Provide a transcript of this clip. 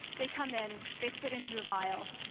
they come in, they spit into a vial,